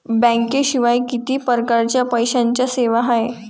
बँकेशिवाय किती परकारच्या पैशांच्या सेवा हाय?